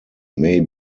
may